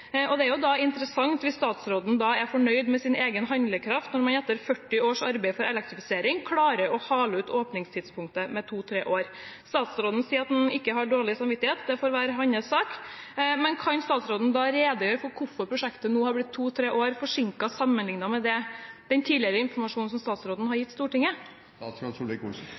er det jo interessant hvis statsråden er fornøyd med sin egen handlekraft, når man etter 40 års arbeid for elektrifisering klarer å hale ut åpningstidspunktet med to–tre år. Statsråden sier at han ikke har dårlig samvittighet. Det får være hans sak. Men kan statsråden da redegjøre for hvorfor prosjektet nå har blitt to–tre år forsinket sammenlignet med den tidligere informasjonen som statsråden har gitt Stortinget?